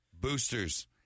boosters